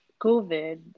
COVID